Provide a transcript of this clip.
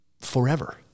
forever